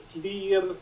clear